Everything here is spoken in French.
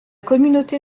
communauté